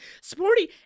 sporty